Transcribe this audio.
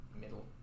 Middle